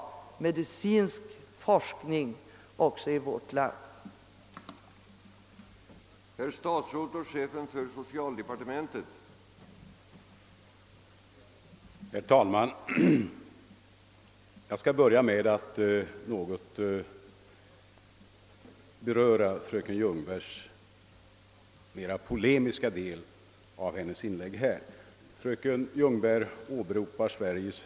Herr talman! Jag ber att få yrka bifall till reservationerna 1, 2 och 3.